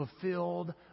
fulfilled